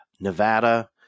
Nevada